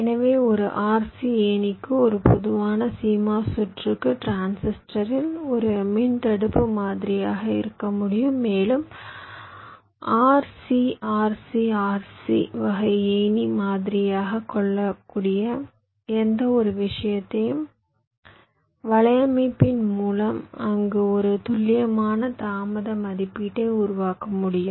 எனவே ஒரு RC ஏணிக்கு ஒரு பொதுவான CMOS சுற்றுக்கு டிரான்சிஸ்டரில் ஒரு மின் தடுப்பு மாதிரியாக இருக்க முடியும் மேலும் சில R C R C R C வகை ஏணி மாதிரியாகக் கொள்ளக்கூடிய எந்தவொரு விஷயத்தையும் வலையமைப்பின் மூலம் அங்கு ஒரு துல்லியமான தாமத மதிப்பீட்டை உருவாக்க முடியும்